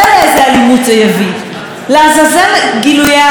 לעזאזל גילויי האלימות שאנחנו רואים פעם אחרי פעם,